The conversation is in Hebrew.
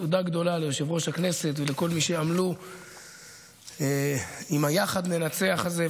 תודה גדולה ליושב-ראש הכנסת ולכל מי שעמלו עם "יחד ננצח" הזה.